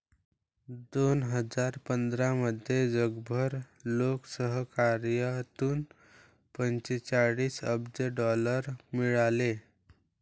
दोन हजार पंधरामध्ये जगभर लोकसहकार्यातून पंचेचाळीस अब्ज डॉलर मिळाले